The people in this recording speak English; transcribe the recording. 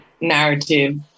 narrative